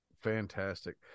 Fantastic